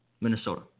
Minnesota